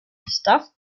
staff